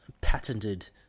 patented